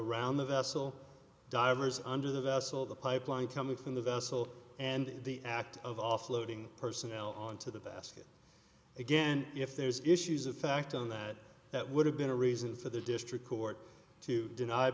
around the vessel divers under the vessel the pipeline coming from the vessel and the act of offloading personnel on to the basket again if there's issues of fact on that that would have been a reason for the district court to deny